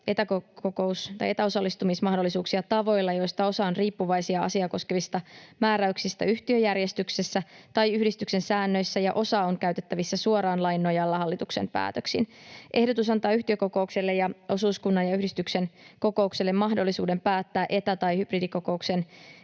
etäosallistumismahdollisuuksia tavoilla, joista osa on riippuvaisia asiaa koskevista määräyksistä yhtiöjärjestyksessä tai yhdistyksen säännöissä ja osa on käytettävissä suoraan lain nojalla hallituksen päätöksin. Ehdotus antaa yhtiökokoukselle ja osuuskunnan ja yhdistyksen kokoukselle mahdollisuuden päättää etä- tai hybridikokouksen